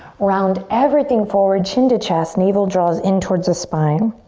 round everything forward, chin to chest, navel draws in towards the spine.